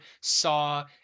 Saw